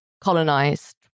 colonized